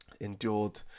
endured